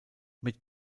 mit